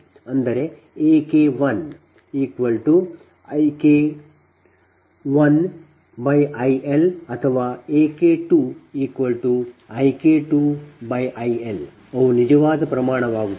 ಅಂದರೆ A K1 I K1 I L ಅಥವಾ A K2 I K2 I L ಅವು ನಿಜವಾದ ಪ್ರಮಾಣವಾಗುತ್ತವೆ